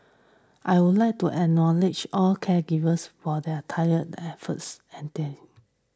I would like to acknowledge all caregivers for their tire efforts and then